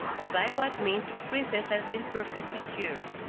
and by what means the princess had been perfectly cured.